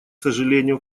сожалению